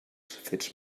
fets